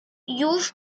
już